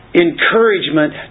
encouragement